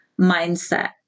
Mindset